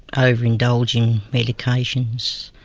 over-indulge in medications.